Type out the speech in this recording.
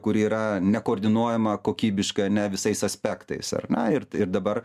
kuri yra nekoordinuojama kokybiška ne visais aspektais ar ne ir ir dabar